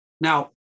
Now